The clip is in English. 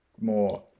more